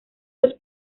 los